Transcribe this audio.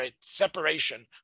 separation